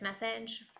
message